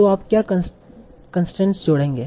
तो आप क्या कंसट्रेन्स जोड़ेंगे